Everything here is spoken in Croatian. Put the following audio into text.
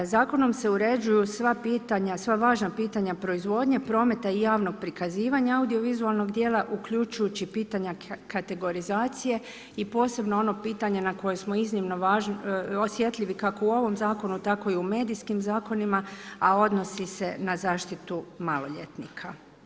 Zakonom se uređuju sva važna pitanja proizvodnje, prometa i javnog prikazivanja audiovizualnog djela uključujući pitanja kategorizacije i posebno ono pitanje na koje smo iznimno osjetljivi kako u ovom zakonu tako i u medijskim zakonima, a odnosi se na zaštitu maloljetnika.